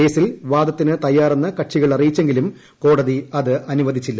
കേസിൽ വാദത്തിന് തയ്യാറാറെന്ന് കക്ഷികൾ അറിയിച്ചെങ്കിലും കോടതി അത് അനുവദിച്ചില്ല